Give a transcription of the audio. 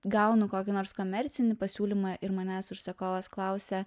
gaunu kokį nors komercinį pasiūlymą ir manęs užsakovas klausia